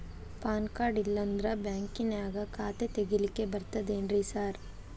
PAN card ಇಲ್ಲಂದ್ರ ಬ್ಯಾಂಕಿನ್ಯಾಗ ಖಾತೆ ತೆಗೆಲಿಕ್ಕಿ ಬರ್ತಾದೇನ್ರಿ ಸಾರ್?